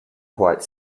quite